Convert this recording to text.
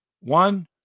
one